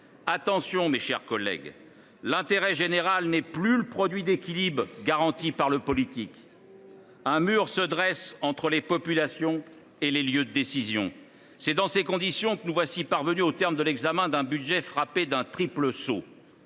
Attention, mes chers collègues, l’intérêt général n’est plus le produit d’équilibre garanti par le politique ! Un mur se dresse entre les populations et les lieux de décisions. C’est dans ces conditions que nous sommes parvenus au terme de l’examen d’un budget frappé d’un triple sceau